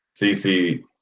CC